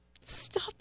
Stop